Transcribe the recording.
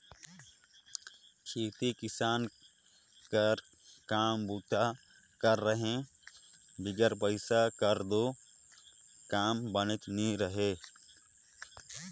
खेती किसानी कर काम बूता कर रहें बिगर पइसा कर दो काम बननेच नी हे